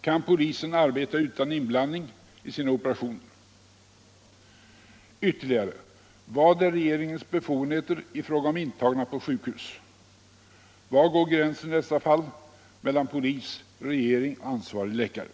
Kan polisen arbeta utan inblandning i sina operationer? Ytterligare: Vilka är regeringens befogenheter i fråga om intagna på sjukhus? Var går gränsen i dessa fall mellan polis, regering och ansvarig läkare?